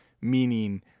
meaning